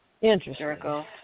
Interesting